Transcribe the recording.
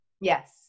Yes